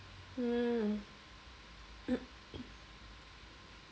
mm